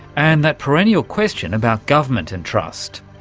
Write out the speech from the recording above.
and that perennial question about government and trust.